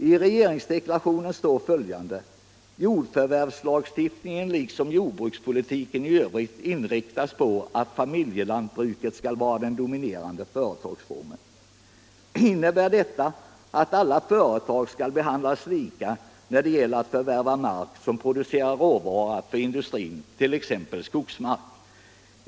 I regeringsdeklarationen står följande: ”Jordförvärvslagstiftningen liksom jordbrukspolitiken i övrigt inriktas på att familjelantbruket skall vara den dominerande företagsformen.” Innebär detta att alla företag skall behandlas lika när det gäller att förvärva mark som producerar råvara för industrin, t.ex. skogsmark?